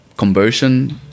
Conversion